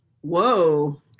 whoa